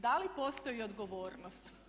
Da li postoji odgovornost?